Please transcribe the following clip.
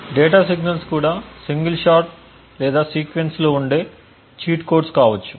data signals కూడా single shot లేదా sequence లో ఉండే చీట్ కోడ్స్ కావచ్చు